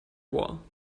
wall